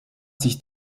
sich